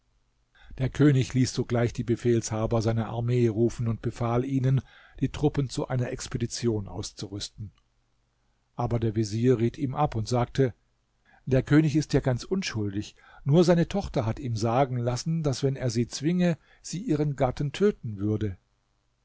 der könig ließ sogleich die befehlshaber seiner armee rufen und befahl ihnen die truppen zu einer expedition auszurüsten aber der vezier riet ihm ab und sagte der könig ist ja ganz unschuldig nur seine tochter hat ihm sagen lassen daß wenn er sie zwinge sie ihren gatten töten würde